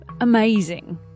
amazing